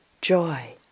joy